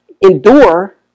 endure